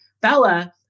Bella